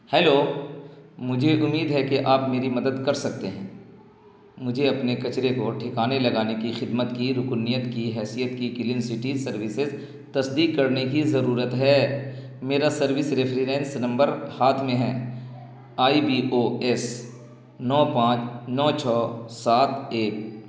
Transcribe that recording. hello مجھے امید ہے کہ آپ میری مدد کر سکتے ہیں مجھے اپنے کچرے کو ٹھکانے لگانے کی خدمت کی رکنیت کی حیثیت کی کلین سٹی سروسز تصدیق کرنے کی ضرورت ہے میرا سروس ریفرنس نمبر ہاتھ میں ہیں آئی بی او ایس نو پانچ نو چھ سات ایک